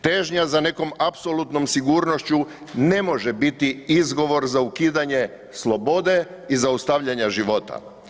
Težnja za nekom apsolutnom sigurnošću ne može biti izgovor za ukidanje slobode i zaustavljanja života.